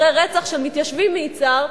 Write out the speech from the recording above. אחרי רצח של מתיישבים מיצהר,